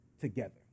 together